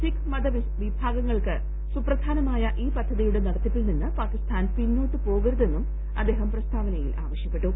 സിഖ് മത വിഭാഗങ്ങൾക്ക് സുപ്രധാനമായ ഈ പദ്ധതിയുടെ നടത്തിപ്പിൽ നിന്ന് പാകിസ്ഥാൻ പിന്നോട്ട് പോകരുതെന്നും അദ്ദേഹം പ്രസ്താവനയിൽ ആവശ്യപ്പെട്ടു